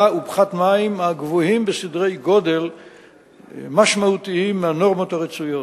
ופחת מים הגבוהים בסדרי-גודל משמעותיים מהנורמות המצויות.